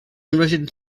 narrated